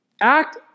Act